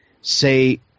say